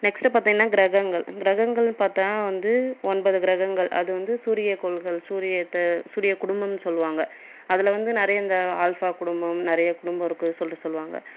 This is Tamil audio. நெக்ஸ்ட்டு பார்த்தீங்கன்னா கிரகங்கள் கிரகங்கள் பார்த்தா வந்து ஒன்பது கிரகங்கள் அது வந்து சூரியக்கோள்கள் சூரியத்த சூரிய குடும்பம்னு சொல்வாங்கள் அதில் வந்து நிறைய இந்த ஆல்ஃபா குடும்பம் நிறைய குடும்பம் இருக்குது சொல்லிட்டு சொல்வாங்கள்